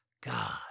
God